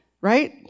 right